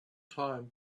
time